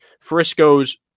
Frisco's